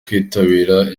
kwitabira